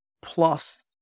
plus